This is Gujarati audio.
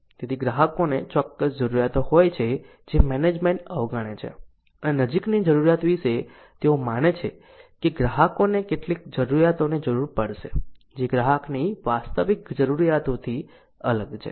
તેથી ગ્રાહકોને ચોક્કસ જરૂરિયાતો હોય છે જે મેનેજમેન્ટ અવગણે છે અને નજીકની જરૂરિયાત વિશે તેઓ માને છે કે ગ્રાહકોને કેટલીક જરૂરિયાતોની જરૂર પડશે જે ગ્રાહકની વાસ્તવિક જરૂરિયાતોથી અલગ છે